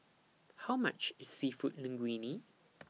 How much IS Seafood Linguine